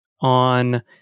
on